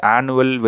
Annual